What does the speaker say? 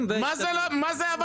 סליחה מה השם?